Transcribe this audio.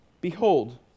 Behold